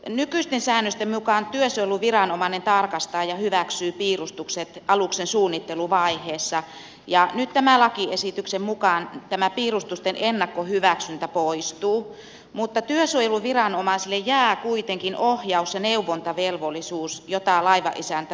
nykyisten säännösten mukaan työsuojeluviranomainen tarkastaa ja hyväksyy piirustukset aluksen suunnitteluvaiheessa ja nyt tämän lakiesityksen mukaan tämä piirustusten ennakkohyväksyntä poistuu mutta työsuojeluviranomaisille jää kuitenkin ohjaus ja neuvontavelvollisuus jota laivanisäntä voi hyödyntää